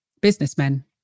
businessmen